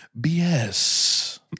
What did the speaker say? BS